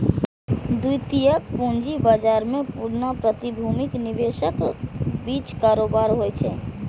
द्वितीयक पूंजी बाजार मे पुरना प्रतिभूतिक निवेशकक बीच कारोबार होइ छै